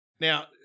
Now